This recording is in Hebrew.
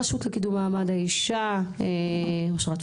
אושרה פרידמן מהרשות לקידום מעמד האישה, בבקשה.